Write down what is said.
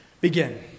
begin